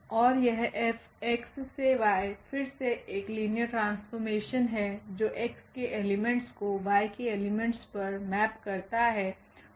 और यहFX→Yफिर से एक लिनियर ट्रांसफॉर्मेशन है जो X के एलिमेंट्स को Y के एलिमेंट्स पर मैप करता है